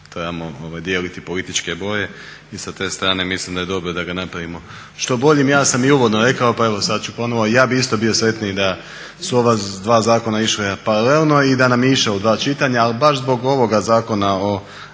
trebamo dijeliti političke boje i sa te strane mislim da je dobro da ga napravimo što boljim. Ja sam i uvodno rekao pa evo sad ću ponovo, ja bi isto bio sretniji da su ova dva zakona išla paralelno i da nam je išao u dva čitanja, ali baš zbog ovoga zakona o